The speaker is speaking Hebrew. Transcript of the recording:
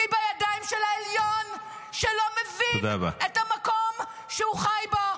והיא בידיים של העליון שלא מבין את המקום שהוא חי בו.